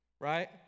right